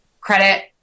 credit